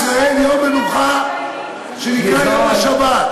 יש לעם ישראל יום מנוחה שנקרא יום השבת.